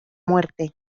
muerte